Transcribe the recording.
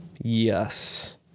Yes